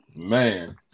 Man